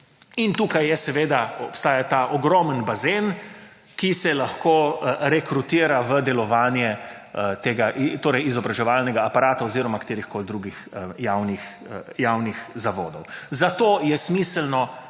in tukaj obstaja ta ogromen bazen, ki se lahko rekrutira v delovanje tega izobraževalnega aparata oziroma katerihkoli drugih javnih zavodov. Zato je smiselno